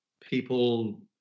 people